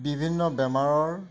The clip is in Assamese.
বিভিন্ন বেমাৰৰ